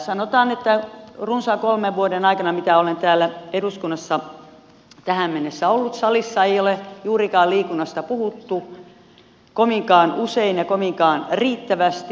sanotaan että runsaan kolmen vuoden aikana mitä olen täällä eduskunnassa tähän mennessä ollut salissa ei ole juurikaan liikunnasta puhuttu kovinkaan usein ja kovinkaan riittävästi